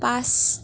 পাঁচ